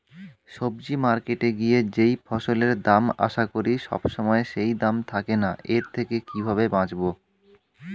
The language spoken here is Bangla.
সবজি মার্কেটে গিয়ে যেই ফসলের দাম আশা করি সবসময় সেই দাম থাকে না এর থেকে কিভাবে বাঁচাবো?